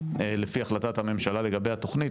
לפי החלטת הממשלה לגבי התוכנית,